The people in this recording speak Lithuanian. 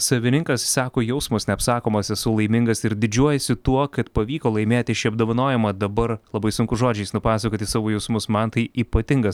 savininkas sako jausmas neapsakomas esu laimingas ir didžiuojasi tuo kad pavyko laimėti šį apdovanojimą dabar labai sunku žodžiais nupasakoti savo jausmus man tai ypatinga